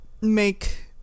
make